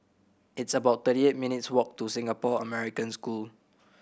it's about thirty eight minutes' walk to Singapore American School